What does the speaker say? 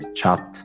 chat